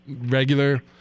regular